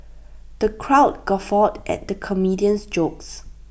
the crowd guffawed at the comedian's jokes